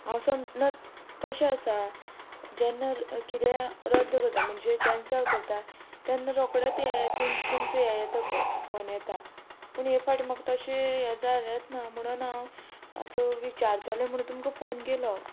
हांव सम तशें आसा जेन्ना कितें रद्द करता म्हणजे कॅन्सल करता तेन्ना रोखडेंत तुमचो हें येता पय फोन येता पूण हे फाटी म्हाका तशें हें जालेंच ना म्हणून हांव आतां विचारतले म्हणून तुमकां फोन केलो